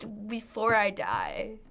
before i die.